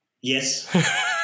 Yes